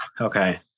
Okay